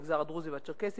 למגזר הדרוזי והצ'רקסי,